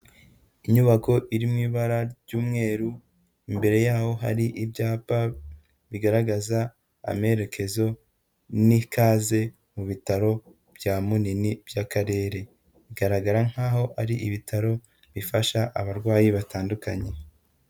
Inyubako iri mu ibara ry'umweru, imbere yaho hari ibyapa bigaragaza amerekezo n'ikaze mu bitaro bya Munini by'Akarere, bigaragara nkaho ari ibitaro bifasha abarwayi batandukanye.